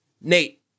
Nate